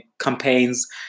campaigns